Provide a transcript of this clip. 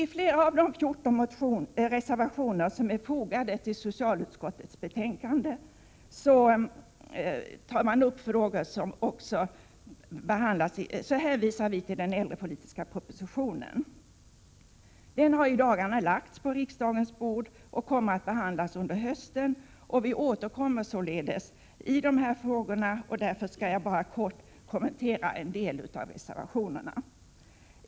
I flera av de 14 reservationer som är fogade till socialutskottets betänkande om social hemhjälp hänvisar vi till den äldrepolitiska propositionen. Den har i dagarna lagts på riksdagens bord och kommer att behandlas under hösten. Vi återkommer således till dessa frågor, och därför skall jag bara kort kommentera en del av reservationerna.